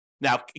Now